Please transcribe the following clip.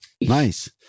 nice